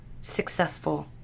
successful